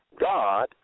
God